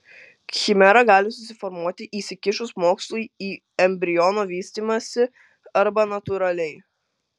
chimera gali susiformuoti įsikišus mokslui į embriono vystymąsi arba natūraliai